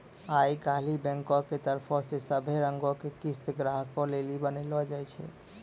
आई काल्हि बैंको के तरफो से सभै रंगो के किस्त ग्राहको लेली बनैलो जाय छै